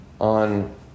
on